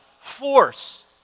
force